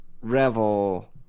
Revel